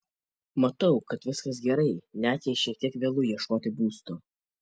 matau kad viskas gerai net jei šiek tiek vėlu ieškoti būsto